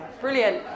Brilliant